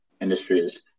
industries